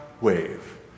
wave